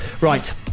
Right